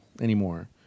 anymore